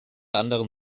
anderen